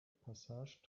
passage